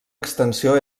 extensió